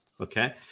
Okay